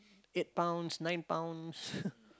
eight pounds nine pounds